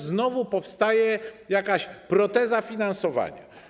Znowu powstaje jakaś proteza finansowania.